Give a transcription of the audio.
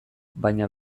baina